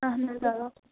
اَہَن حظ آ